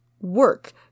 work